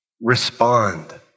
respond